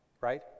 right